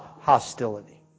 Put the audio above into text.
hostility